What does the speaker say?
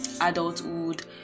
adulthood